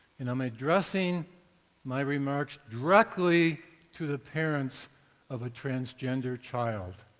and i'm addressing my remarks directly to the parents of a transgender child.